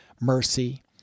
mercy